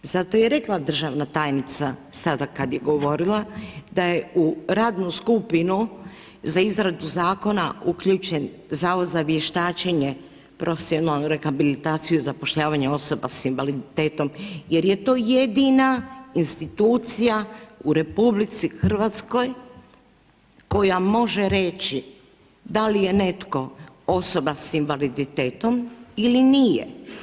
Zato je i rekla državna tajnica sada kada je govorila da je u radnu skupinu za izradu zakona uključen Zavod za vještačenje, profesionalnu rehabilitaciju i zapošljavanje osoba sa invaliditetom jer je to jedina institucija u RH koja može reći da li je netko osoba sa invaliditetom ili nije.